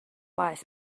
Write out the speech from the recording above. laeth